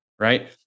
right